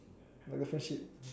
like a friendship